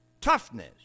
Toughness